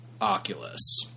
Oculus